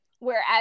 Whereas